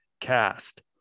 cast